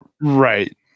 right